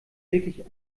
wirklich